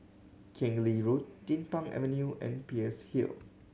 Keng Lee Road Din Pang Avenue and Peirce Hill